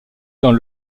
dans